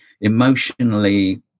emotionally